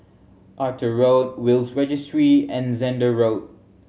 Arthur Road Will's Registry and Zehnder Road